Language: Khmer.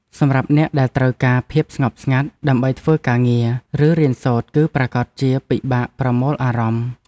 សម្រាប់អ្នកដែលត្រូវការភាពស្ងប់ស្ងាត់ដើម្បីធ្វើការងារ ឬរៀនសូត្រគឺប្រាកដជាពិបាកប្រមូលអារម្មណ៍។